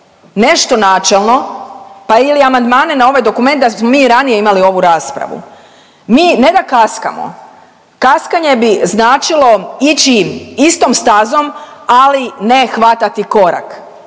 nešto načelno pa ili amandmane na ovaj dokument da smo mi ranije imali ovu raspravu. Mi ne da kaskamo, kaskanje bi značilo ići istom stazom ali ne hvatati korak.